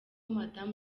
madam